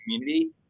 community